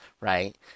Right